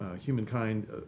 humankind